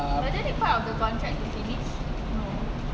no